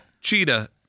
cheetah